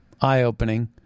eye-opening